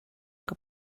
que